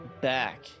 back